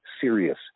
serious